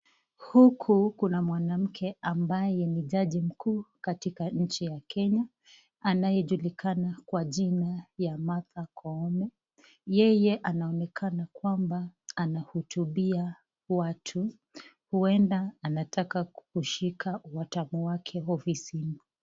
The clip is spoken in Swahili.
Huku kuna mwanamke ambaye ni jaji mkuu katika nchi ya Kenya anayejulikana kwa jina Martha Koome yeye anaonekana kuwa anahutubia watu huenda anataka kushika watamu wake ofisini.